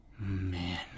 Man